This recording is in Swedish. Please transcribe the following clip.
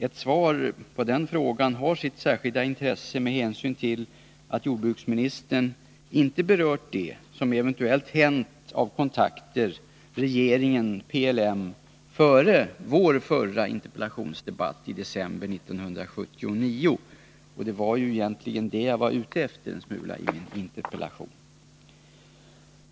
Ett svar på denna fråga har sitt särskilda intresse med hänsyn till att jordbruksministern inte berört det som eventuellt förekommit av kontakter regeringen-PLM före vår förra interpellationsdebatt i december 1979. Det var egentligen det jag var ute efter i min interpellation.